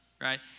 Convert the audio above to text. Right